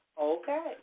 Okay